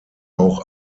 auch